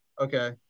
Okay